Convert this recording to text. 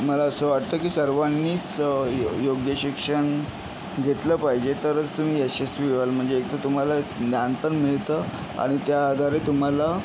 मला असं वाटतं की सर्वांनीच य योग्य शिक्षण घेतलं पाहिजे तरच तुम्ही यशस्वी व्हाल म्हणजे एक तर तुम्हाला ज्ञान तर मिळतं आणि त्या आधारे तुम्हाला